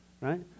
Right